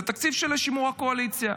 זה תקציב לשימור הקואליציה.